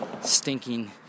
stinking